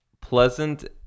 pleasant